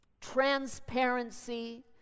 transparency